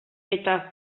eta